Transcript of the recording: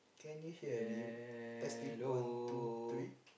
hello